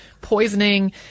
poisoning